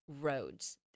roads